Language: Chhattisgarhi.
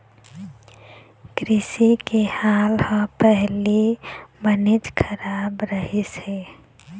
कृषि के हाल ह पहिली बनेच खराब रहिस हे